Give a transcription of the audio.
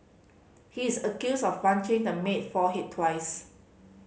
he is accused of punching the maid forehead twice